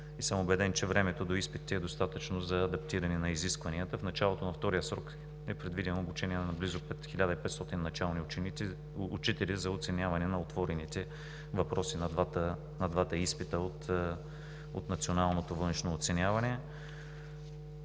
и съм убеден, че времето до изпитите е достатъчно за адаптиране към изискванията. В началото на втория срок е предвидено обучение на близо 1500 начални учители за оценяване на отворените въпроси на двата изпита от националното външно оценяване.